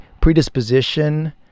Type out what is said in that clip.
predisposition